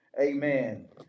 Amen